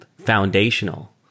foundational